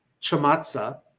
chamatzah